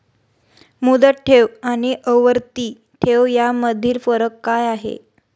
मुदत ठेव आणि आवर्ती ठेव यामधील फरक काय आहे?